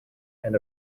and